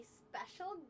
special